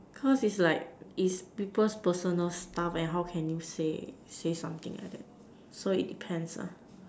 cause is like is people's personal stuff and how can you say say something like that so it depends ah